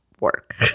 work